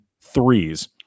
threes